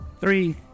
three